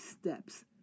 steps